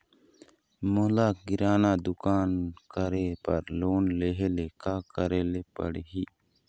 मोला किराना दुकान करे बर लोन लेहेले का करेले पड़ही?